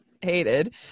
hated